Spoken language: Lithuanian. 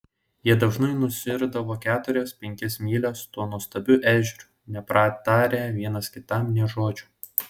jie dažnai nusiirdavo keturias penkias mylias tuo nuostabiu ežeru nepratarę vienas kitam nė žodžio